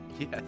Yes